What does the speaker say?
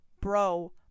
bro